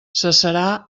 cessarà